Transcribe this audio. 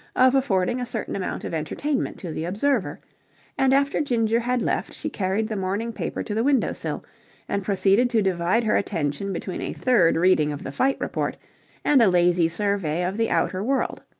of affording a certain amount of entertainment to the observer and after ginger had left, she carried the morning paper to the window-sill and proceeded to divide her attention between a third reading of the fight-report and a lazy survey of the outer world.